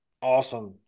awesome